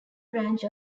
branch